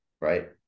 right